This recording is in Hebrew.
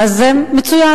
מצוין,